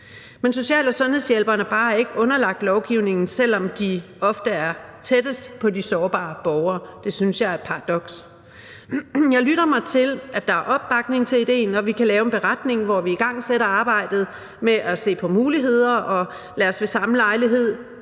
men social- og sundhedshjælperne er bare ikke underlagt lovgivningen, selv om de ofte er tættest på de sårbare borgere. Det synes jeg er et paradoks. Jeg lytter mig til, at der er opbakning til idéen, og at vi kan lave en beretning, hvor vi igangsætter arbejdet med at se på muligheder. Og lad os ved samme lejlighed